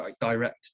direct